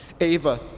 Ava